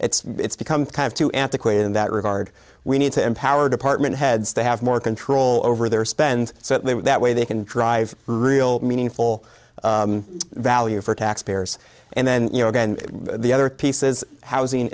and it's become kind of two antiquated in that regard we need to empower department heads to have more control over their spend so that way they can drive real meaningful value for taxpayers and then the other pieces housing